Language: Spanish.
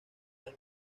las